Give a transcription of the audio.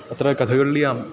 अत्र कथगळ्यां